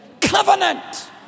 Covenant